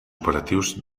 operatius